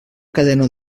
cadena